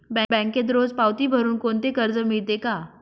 बँकेत रोज पावती भरुन कोणते कर्ज मिळते का?